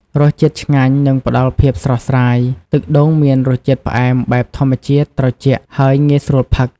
រសជាតិឆ្ងាញ់ និងផ្តល់ភាពស្រស់ស្រាយ ទឹកដូងមានរសជាតិផ្អែមបែបធម្មជាតិ ត្រជាក់ ហើយងាយស្រួលផឹក។